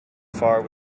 far